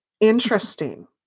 interesting